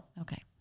Okay